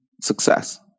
success